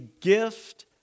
gift